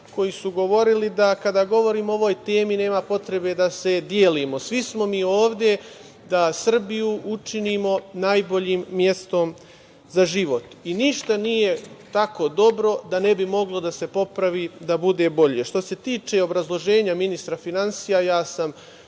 koji su govorili da kada govorimo o ovoj temi nema potrebe da se delimo. Svi smo mi ovde da Srbiju učinimo najboljim mestom za život i ništa nije tako dobro da ne bi moglo da se popravi da bude bolje. Što ste tiče obrazloženja ministra finansija ja sam